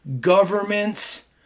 governments